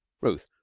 Ruth